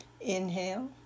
Inhale